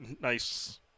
nice